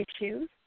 issues